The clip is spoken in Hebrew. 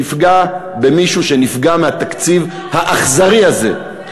תפגע במישהו שנפגע מהתקציב האכזרי הזה.